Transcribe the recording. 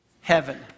heaven